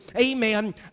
amen